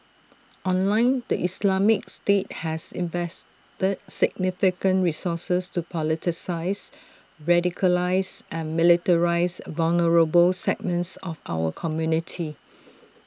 online the Islamic state has invested significant resources to politicise radicalise and militarise vulnerable segments of our community